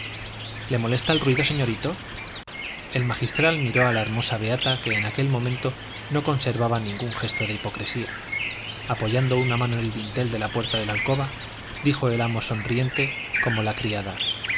le molesta el ruido señorito el magistral miró a la hermosa beata que en aquel momento no conservaba ningún gesto de hipocresía apoyando una mano en el dintel de la puerta de la alcoba dijo el amo sonriente como la criada